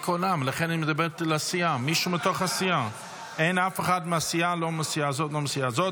אין אף אחד מהסיעה הזאת ולא מהסיעה הזאת.